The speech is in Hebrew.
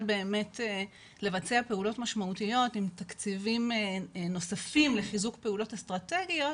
באמת לבצע פעולות משמעותיות עם תקציבים נוספים לחיזוק פעולות אסטרטגיות